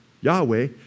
Yahweh